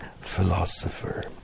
philosopher